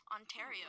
Ontario